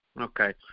Okay